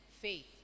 faith